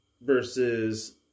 versus